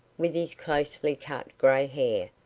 with his closely cut grey hair,